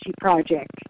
project